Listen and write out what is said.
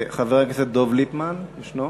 חבר הכנסת דב ליפמן, ישנו?